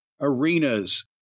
arenas